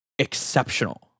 exceptional